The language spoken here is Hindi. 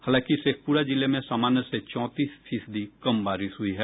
हालांकि शेखपुरा जिले में सामान्य से चौंतीस फीसदी कम बारिश हुई है